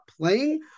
playing